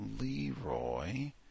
Leroy